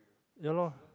ya loh